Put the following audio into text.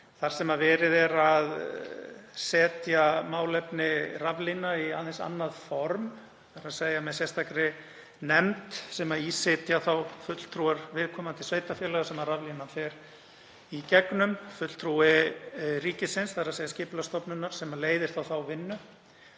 þar sem verið er að setja málefni raflína í aðeins annað form, þ.e. með sérstakri nefnd sem í sitja fulltrúar viðkomandi sveitarfélaga sem raflínan fer í gegnum og fulltrúi ríkisins, þ.e. Skipulagsstofnunar, sem leiðir þá vinnu.